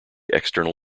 external